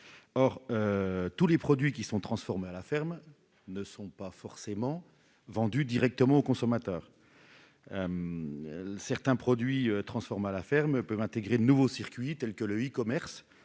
Or tous les produits transformés à la ferme ne sont pas forcément vendus directement au consommateur. Certains d'entre eux peuvent intégrer de nouveaux circuits, tels que le e-commerce